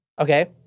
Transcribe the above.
okay